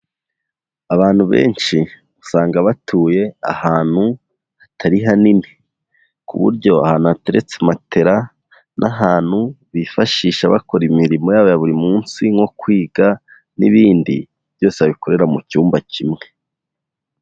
Abantu benshi usanga batuye ahantu hatari hanini ku buryo ahantu hateretse matera n'ahantu bifashisha bakora imirimo yabo ya buri munsi nko kwiga n'ibindi, byose babikorera mu cyumba kimwe.